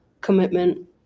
commitment